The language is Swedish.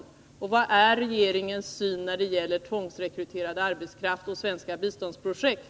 Och vilken är regeringens syn när det gäller tvångsrekryterad arbetskraft och svenska biståndsprojekt?